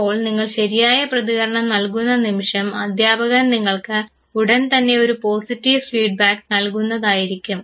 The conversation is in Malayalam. അപ്പോൾ നിങ്ങൾ ശരിയായ പ്രതികരണം നൽകുന്ന നിമിഷം അധ്യാപകൻ നിങ്ങൾക്ക് ഉടൻതന്നെ ഒരു പോസിറ്റീവ് ഫീഡ്ബാക്ക് നൽകുന്നതായിരിക്കും